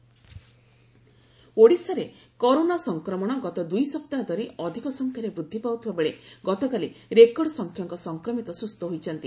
Odisha corona ଓଡ଼ିଶାରେ corona ସଂକ୍ରମଣ ଗତ ଦୁଇସପ୍ତାହ ଧରି ଅଧିକ ସଂଖ୍ୟାରେ ବୃଦ୍ଧି ପାଉଥିବା ବେଳେ ଗତକାଲି ରେକର୍ଡ ସଂଖ୍ୟକ ସଂକ୍ରମିତ ସୁସ୍ଥ ହୋଇଛନ୍ତି